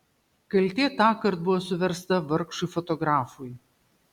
kaltė tąkart buvo suversta vargšui fotografui